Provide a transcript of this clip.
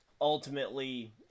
ultimately